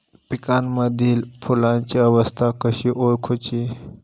पिकांमदिल फुलांची अवस्था कशी ओळखुची?